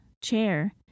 chair